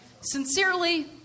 Sincerely